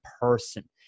person